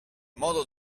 modo